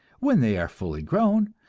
when they are fully grown,